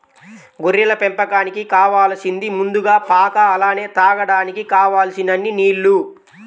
గొర్రెల పెంపకానికి కావాలసింది ముందుగా పాక అలానే తాగడానికి కావలసినన్ని నీల్లు